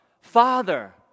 Father